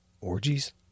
orgies